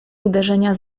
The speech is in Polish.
uderzenia